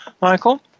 Michael